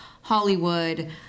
Hollywood